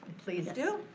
please do,